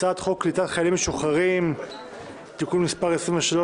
הראשונה הצעת חוק קליטת חיילים משוחררים (תיקון מס' 23